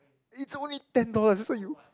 it's only ten dollar that's why you